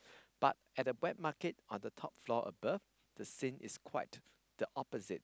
but at a wet market on the top floor above the scene is quite the opposite